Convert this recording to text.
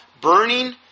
Burning